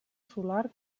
solar